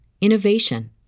innovation